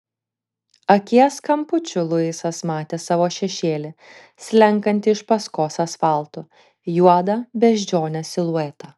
akies kampučiu luisas matė savo šešėlį slenkantį iš paskos asfaltu juodą beždžionės siluetą